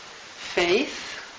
faith